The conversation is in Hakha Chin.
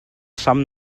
sam